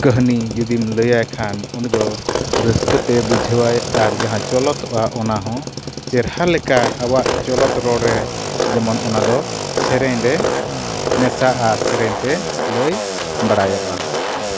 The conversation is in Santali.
ᱠᱟᱹᱦᱱᱤ ᱡᱩᱫᱤᱢ ᱞᱟᱹᱭ ᱟᱭ ᱠᱷᱟᱱ ᱩᱱᱤ ᱫᱚ ᱨᱟᱹᱥᱠᱟᱹᱛᱮ ᱟᱨ ᱡᱟᱦᱟᱸ ᱪᱚᱞᱚᱛᱚᱜᱼᱟ ᱚᱱᱟ ᱦᱚᱸ ᱪᱮᱨᱦᱟ ᱞᱮᱠᱟ ᱟᱵᱚᱣᱟᱜ ᱪᱚᱞᱚᱛ ᱨᱚᱲᱮ ᱡᱮᱢᱚᱱ ᱚᱱᱟ ᱫᱚ ᱥᱮᱨᱮᱧ ᱨᱮ ᱢᱮᱥᱟᱜᱼᱟ ᱥᱮᱨᱮᱧᱛᱮ ᱞᱟᱹᱭ ᱵᱟᱲᱟᱭᱚᱜᱼᱟ